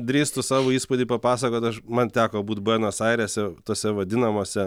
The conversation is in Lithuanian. drįstu savo įspūdį papasakot aš man teko būt buenos airėse tose vadinamose